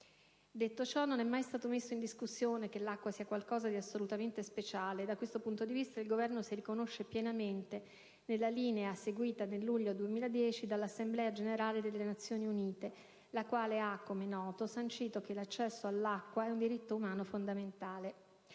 Detto questo, non è mai stato messo in discussione che l'acqua sia qualcosa di assolutamente speciale, e da questo punto di vista il Governo si riconosce pienamente nella linea seguita nel luglio 2010 dall'Assemblea generale delle Nazioni Unite, la quale ha come noto sancito che l'accesso all'acqua è un diritto umano fondamentale: